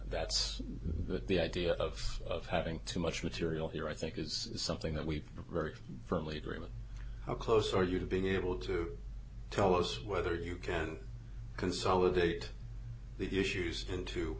that's the idea of having too much material here i think is something that we very firmly agree with how close are you to being able to tell us whether you can consolidate the issues into